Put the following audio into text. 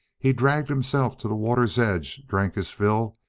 he dragged himself to the water's edge, drank his fill,